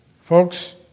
Folks